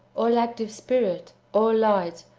all active spirit, all light,